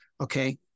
Okay